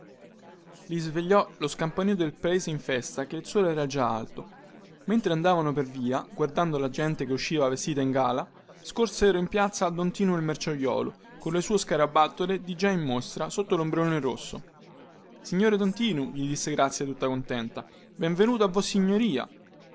li svegliò lo scampanío del paese in festa che il sole era già alto mentre andavano per via guardando la gente che usciva vestita in gala scorsero in piazza don tinu il merciaiuolo colle sue scarabattole digià in mostra sotto lombrellone rosso signore don tinu gli disse grazia tutta contenta benvenuto a vossignoria